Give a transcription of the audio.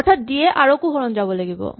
অৰ্থাৎ ডি য়ে আৰ কো হৰণ যাব লাগিব